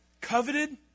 Coveted